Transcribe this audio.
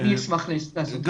אשמח לעשות זאת.